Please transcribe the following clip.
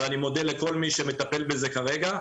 ואני מודה לכל מי שמטפל בזה כרגע,